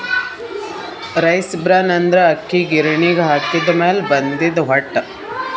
rice bran ಅಂದ್ರ ಅಕ್ಕಿ ಗಿರಿಣಿಗ್ ಹಾಕಿದ್ದ್ ಮ್ಯಾಲ್ ಬಂದಿದ್ದ್ ಹೊಟ್ಟ